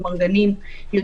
אמרגנים,